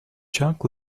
chuck